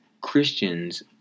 Christians